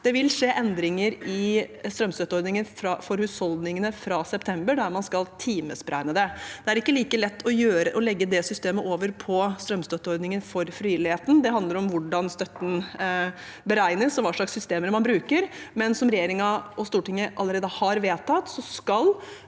Det vil skje endringer i strømstøtteordningen for husholdningene fra september. Da skal man timesberegne det. Det er ikke like lett å legge det systemet over på strømstøtteordningen for frivilligheten. Det handler om hvordan støtten beregnes, og hva slags systemer man bruker. Men som regjeringen og Stortinget allerede har vedtatt, skal